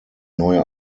neue